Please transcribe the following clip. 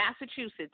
Massachusetts